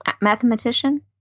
mathematician